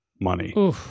money